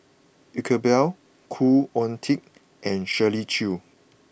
Iqbal Khoo Oon Teik and Shirley Chew